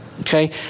Okay